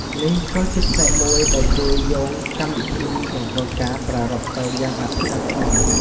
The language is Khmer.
នេះក៏ជាផ្នែកមួយដែលជួយយោងកម្មវិធីមង្គលការប្រារព្ធទៅយ៉ាងអធិកអធម។